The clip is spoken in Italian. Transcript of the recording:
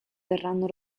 verranno